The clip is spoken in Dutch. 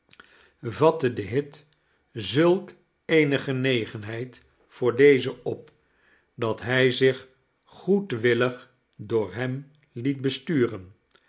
vatte de hit zulk eene genegenheid voor dezen op dat hij zich goedwillig door hem het besturen